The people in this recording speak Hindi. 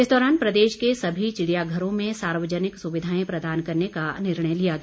इस दौरान प्रदेश के सभी चिड़ियाघरों में सार्वजनिक सुविधाएं प्रदान करने का निर्णय लिया गया